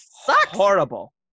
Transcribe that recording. horrible